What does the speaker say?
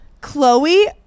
Chloe